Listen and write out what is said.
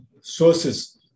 sources